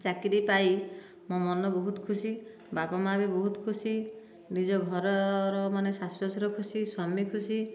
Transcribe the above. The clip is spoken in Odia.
ଚାକିରି ପାଇ ମୋ' ମନ ବହୁତ ଖୁସି ବାପା ମାଆ ବି ବହୁତ ଖୁସି ନିଜ ଘରର ମାନେ ଶାଶୁ ଶ୍ୱଶୁର ଖୁସି ସ୍ୱାମୀ ଖୁସି